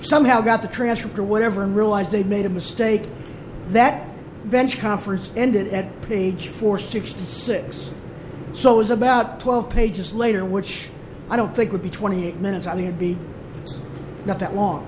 somehow got the transcript or whatever and realized they made a mistake that bench conference ended at page for six to six so it was about twelve pages later which i don't think would be twenty eight minutes on the a b not that long